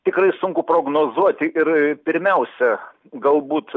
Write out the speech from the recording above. tikrai sunku prognozuoti ir pirmiausia gal būt